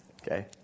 Okay